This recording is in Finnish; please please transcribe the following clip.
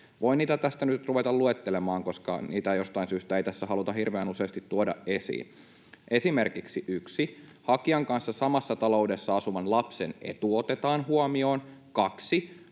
Voin niitä tästä nyt ruveta luettelemaan, koska niitä jostain syystä ei tässä haluta hirveän useasti tuoda esiin. Esimerkiksi 1) ”hakijan kanssa samassa taloudessa asuvan lapsen etu otetaan huomioon” ja